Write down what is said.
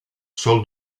sol